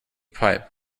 pipe